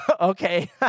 Okay